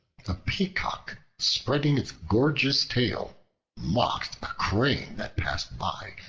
a peacock spreading its gorgeous tail mocked a crane that passed by,